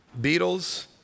Beatles